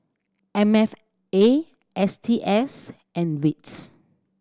M F A S T S and wits